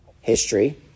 history